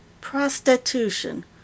Prostitution